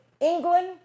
England